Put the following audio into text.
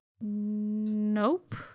Nope